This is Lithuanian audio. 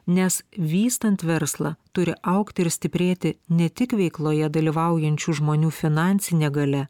nes vystant verslą turi augti ir stiprėti ne tik veikloje dalyvaujančių žmonių finansinė galia